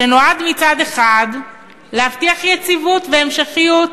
שנועד מצד אחד להבטיח יציבות והמשכיות,